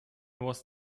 was